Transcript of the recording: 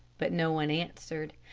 but no one answered.